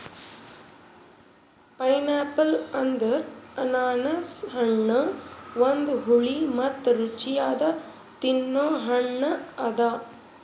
pineapple ಅಂದುರ್ ಅನಾನಸ್ ಹಣ್ಣ ಒಂದು ಹುಳಿ ಮತ್ತ ರುಚಿಯಾದ ತಿನ್ನೊ ಹಣ್ಣ ಅದಾ